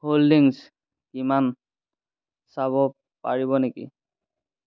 holdings কিমান চাব পাৰিব নেকি